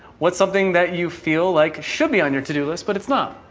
what's something that you feel like should be on your to-do list but it's not?